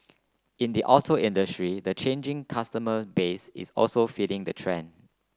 in the auto industry the changing customer base is also feeding the trend